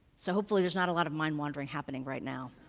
so hopefully there's not a lot of mind wandering happening right now.